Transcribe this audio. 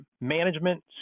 management